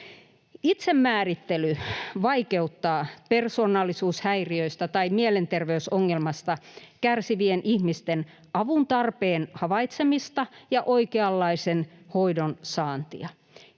Itsemäärittely vaikeuttaa persoonallisuushäiriöistä tai mielenterveysongelmasta kärsivien ihmisten avuntarpeen havaitsemista ja oikeanlaisen hoidon saantia.